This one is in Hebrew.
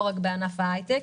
לא רק בענף ההייטק.